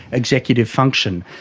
executive function.